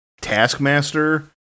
taskmaster